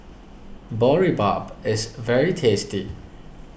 Boribap is very tasty